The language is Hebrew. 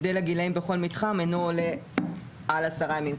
הבדל הגילאים בכל מתחם אינו עולה על עשרה ימים".